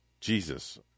Jesus